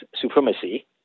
supremacy